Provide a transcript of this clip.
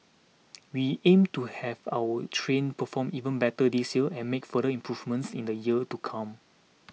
we aim to have our trains perform even better this year and make further improvements in the years to come